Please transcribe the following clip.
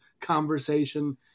conversation